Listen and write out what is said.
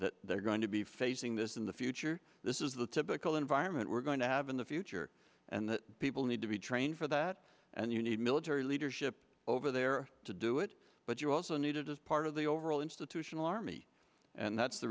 that they're going to be facing this in the future this is the typical environment we're going to have in the future and people need to be trained for that and you need military leadership over there to do it but you also need it as part of the overall institutional army and that's the